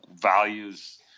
values